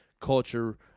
culture